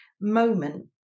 moment